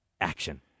action